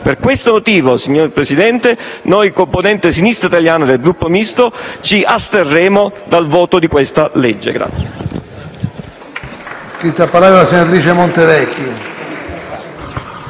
Per questo motivo, signor Presidente, noi componente Sinistra Italiana del Gruppo Misto ci asterremo dal voto di questo disegno di